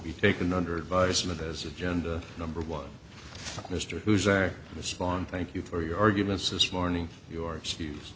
be taken under advisement as agenda number one mr whose are the spawn thank you for your arguments this morning your excuse